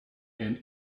and